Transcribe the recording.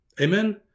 amen